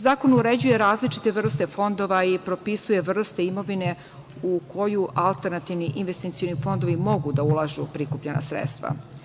Zakon uređuje različite vrste fondova i propisuje vrste imovine u koju alternativni investicioni fondovi mogu da ulažu prikupljena sredstva.